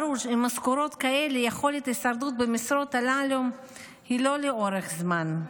ברור שעם משכורות כאלה יכולת ההישרדות במשרות הללו היא לא לאורך זמן.